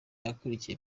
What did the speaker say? akurikiye